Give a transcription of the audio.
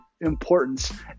importance